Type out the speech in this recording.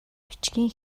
бичгийн